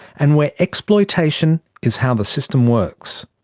and where exploitation is how the system works.